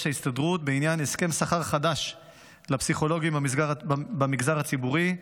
ההסתדרות בעניין הסכם שכר חדש לפסיכולוגים במגזר הציבורי,